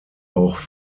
auch